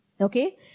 okay